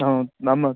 आम् नाम